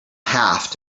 half